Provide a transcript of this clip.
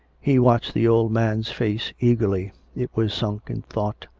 he watched the old man's face eagerly. it was sunk in thought.